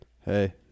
Hey